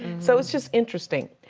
so it's just interesting.